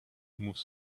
moves